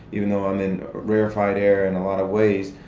even though i'm in rarefied air in a lot of ways.